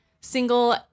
single